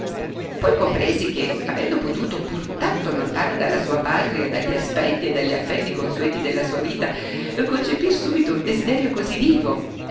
poi compresi che avendo potuto pur tanto lontana dalla sua patria dagli aspetti e dagli affetti consueti della sua vita concepir subito un desiderio così vivo